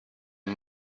los